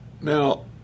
Now